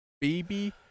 baby